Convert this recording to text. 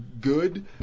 good